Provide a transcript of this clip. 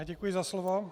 Děkuji za slovo.